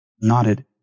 nodded